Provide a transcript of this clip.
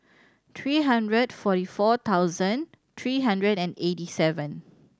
three hundred forty four thousand three hundred and eighty seven